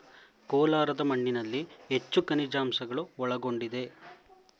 ಕೋಲಾರದ ಮಣ್ಣಿನಲ್ಲಿ ಹೆಚ್ಚು ಖನಿಜಾಂಶಗಳು ಒಳಗೊಂಡಿದೆ